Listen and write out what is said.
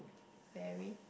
very